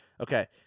Okay